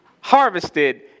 harvested